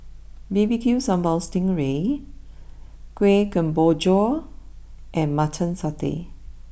B B Q Sambal Sting Ray Kuih Kemboja and Mutton Satay